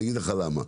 אני אגיד לך למה,